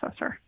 processor